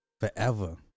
forever